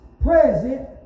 present